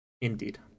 indeed